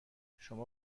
شما